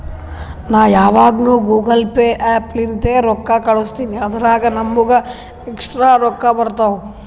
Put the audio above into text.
ನಾ ಯಾವಗ್ನು Google Pay app ಲಿಂತೇ ರೊಕ್ಕಾ ಕಳುಸ್ತಿನಿ ಅದುರಾಗ್ ನಮ್ಮೂಗ ಎಕ್ಸ್ಟ್ರಾ ರೊಕ್ಕಾ ಬರ್ತಾವ್